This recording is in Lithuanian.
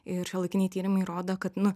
ir šiuolaikiniai tyrimai rodo kad nu